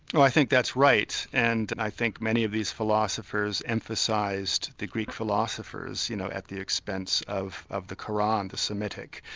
i think that's right. and and i think many of these philosophers emphasised the greek philosophers you know at the expense of of the qur'an, the semitic,